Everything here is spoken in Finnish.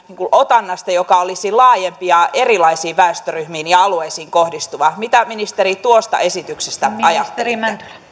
otannasta joka olisi laajempi ja erilaisiin väestöryhmiin ja alueisiin kohdistuva mitä ministeri tuosta esityksestä ajattelette